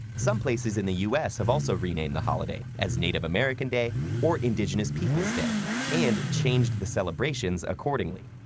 some places in the u s. have also renamed the holiday, as native american day or indigenous people's day and changed the celebrations accordingly.